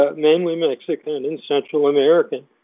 ah mainly mexican and and central american,